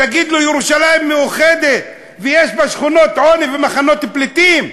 תגיד לו: ירושלים מאוחדת ויש בה שכונות עוני ומחנות פליטים?